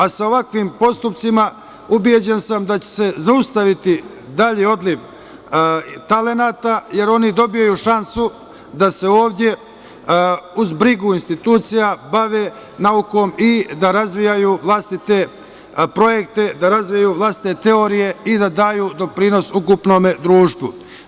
A sa ovakvim postupcima, ubeđen sam da će se zaustaviti dalji odliv talenata, jer oni dobijaju šansu da se ovde, uz brigu institucija, bave naukom i da razvijaju vlastite projekte, da razvijaju vlastite teorije i da daju doprinos ukupnom društvu.